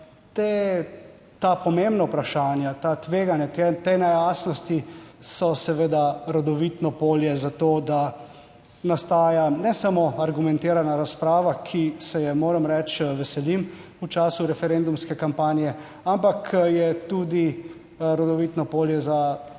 Ta pomembna vprašanja, ta tveganja, te nejasnosti so seveda rodovitno polje za to, da nastaja ne samo argumentirana razprava, ki se je moram reči, veselim v času referendumske kampanje, ampak je tudi rodovitno **131.